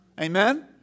Amen